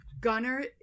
Gunner